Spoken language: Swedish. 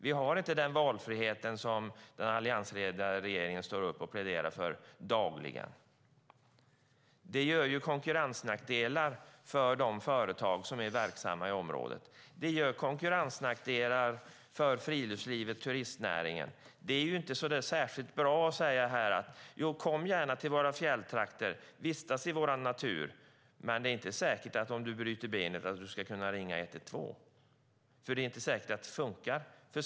Man har inte den valfrihet som den alliansledda regeringen dagligen står upp och pläderar för. Detta medför konkurrensnackdelar för de företag som är verksamma i området, för friluftslivet och för turistnäringen. Det är ju inte särskilt bra att säga: Kom gärna till våra fjälltrakter och vistas i vår natur, men det är inte säkert att det fungerar att ringa 112 om du bryter benet.